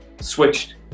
switched